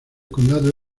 condado